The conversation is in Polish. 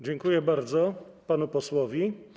Dziękuję bardzo panu posłowi.